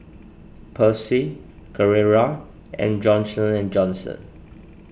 Persil Carrera and Johnson and Johnson